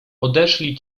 odeszli